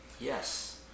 Yes